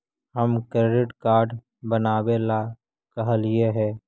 हम credit card बनावे ला कहलिऐ हे?